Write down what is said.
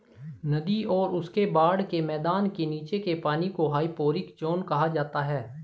नदी और उसके बाढ़ के मैदान के नीचे के पानी को हाइपोरिक ज़ोन कहा जाता है